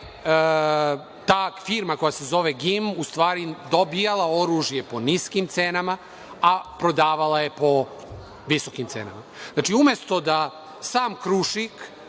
ta firma, koja se zove GIM, u stvari dobijala oružje po niskim cenama, a prodavala je po visokim cenama. Znači, umesto da sam „Krušik“